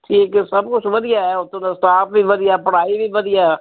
ਠੀਕ ਹੈ ਸਭ ਕੁਝ ਵਧੀਆ ਉੱਥੋਂ ਦਾ ਸਟਾਫ ਵੀ ਵਧੀਆ ਪੜ੍ਹਾਈ ਵੀ ਵਧੀਆ